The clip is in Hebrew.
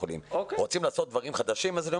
ל-4 שעות, כי זה המחויבות הדתית שלי.